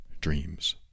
dreams